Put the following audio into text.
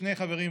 שני חברים,